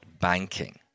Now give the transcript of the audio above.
banking